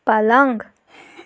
پلنٛگ